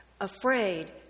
afraid